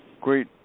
great